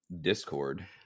Discord